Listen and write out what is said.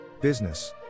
Business